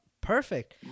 Perfect